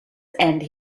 end